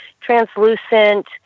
translucent